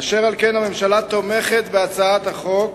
אשר על כן, הממשלה תומכת בהצעת החוק,